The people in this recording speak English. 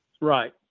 Right